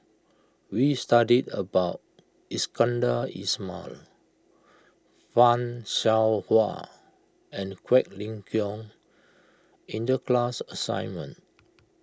we studied about Iskandar Ismail Fan Shao Hua and Quek Ling Kiong in the class assignment